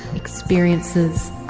experiences,